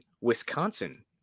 Wisconsin